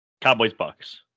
Cowboys-Bucks